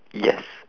yes